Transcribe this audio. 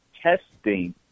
testing